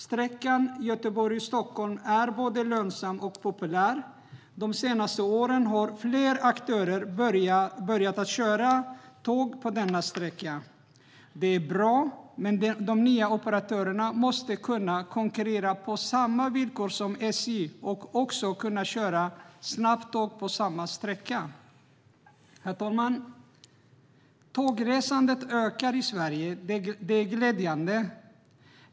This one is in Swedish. Sträckan Göteborg-Stockholm är både lönsam och populär. De senaste åren har fler operatörer börjat att köra tåg på denna sträcka. Det är bra. Men de nya operatörerna måste kunna konkurrera på samma villkor som SJ och också kunna köra snabbtåg på sträckan. Tågresandet ökar i Sverige. Det är glädjande.